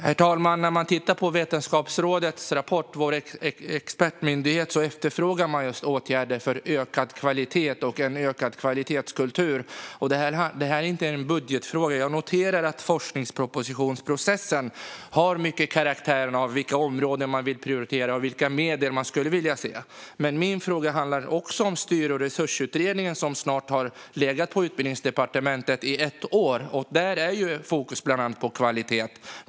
Herr talman! När man tittar på rapporten från Vetenskapsrådet, vår expertmyndighet, ser man att åtgärder för ökad kvalitet och en bättre kvalitetskultur efterfrågas. Detta är ingen budgetfråga. Jag noterar att processen kring forskningspropositionen har karaktären av vilka områden man vill prioritera och vilka medel man skulle vilja se. Min fråga handlar också om Styr och resursutredningen vars betänkande snart har legat i ett år på Utbildningsdepartementet. I den är fokuset bland annat på kvalitet.